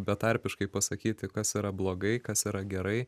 betarpiškai pasakyti kas yra blogai kas yra gerai